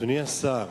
אדוני השר,